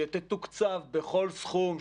שתתוקצב בכל סכום,